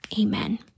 amen